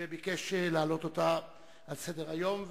וביקשה להעלות אותה על סדר-היום.